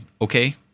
okay